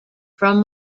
from